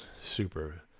super